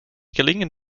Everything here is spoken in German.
gelingen